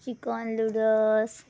chicken noodles